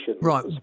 Right